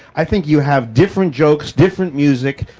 i think you have different jokes, different music,